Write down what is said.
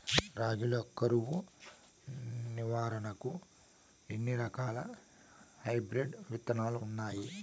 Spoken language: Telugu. రాగి లో కరువు నివారణకు ఎన్ని రకాల హైబ్రిడ్ విత్తనాలు ఉన్నాయి